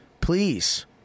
please